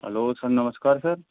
hello sir नमस्कार sir